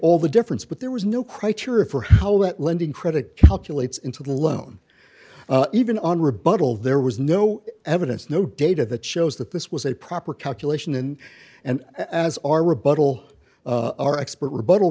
all the difference but there was no criteria for how that lending credit calculates into the loan even on rebuttal there was no evidence no data that shows that this was a proper calculation in and as our rebuttal of our expert rebuttal